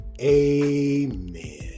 Amen